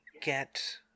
get